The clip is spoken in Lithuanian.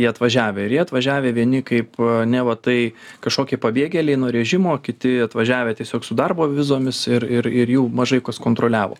atvažiavę ir jie atvažiavę vieni kaip neva tai kažkokie pabėgėliai nuo režimo kiti atvažiavę tiesiog su darbo vizomis ir ir jų mažai kas kontroliavo